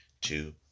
two